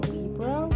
Libra